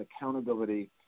accountability